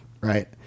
Right